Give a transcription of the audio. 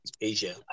Asia